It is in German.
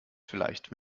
vielleicht